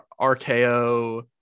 RKO